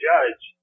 Judge